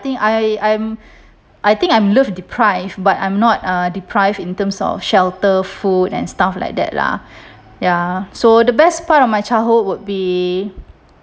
think I I'm I think I'm loved deprived but I'm not uh deprived in terms of shelter food and stuff like that lah ya so the best part of my childhood would be